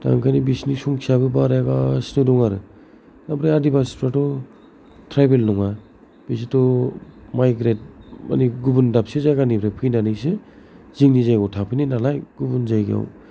दा बेखायनो बिसोरनि संख्याबो बारायगासिनो दं आरो ओमफ्राय आदिबासिफ्राथ' ट्राइबेल नङा बिसोरथ' माइग्रेन्ट माने गुबुन दाबसे जायगानिफ्राय फैनानैसो जोंनि जायगायाव थाफैनाय नालाय गुबुन जायगायाव